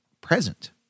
present